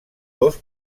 dos